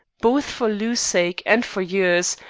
both for lou's sake and for yours,